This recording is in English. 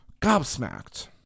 gobsmacked